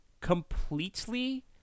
completely